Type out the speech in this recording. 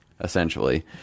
essentially